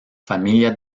familia